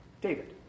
David